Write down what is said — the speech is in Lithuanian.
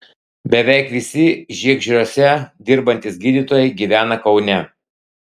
beveik visi žiegždriuose dirbantys gydytojai gyvena kaune